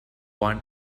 one